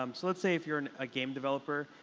um so let's say if you're and a game developer,